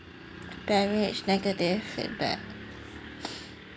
beverage negative feedback